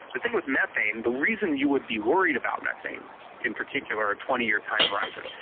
the thing with methane, the reason you would be worried about methane in particular a twenty year time horizon,